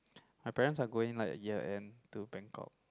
my parents are going like a year end to bangkok